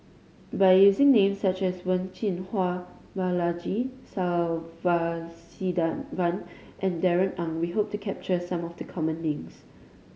by using names such as Wen Jinhua Balaji Sadasivan and Darrell Ang we hope to capture some of the common names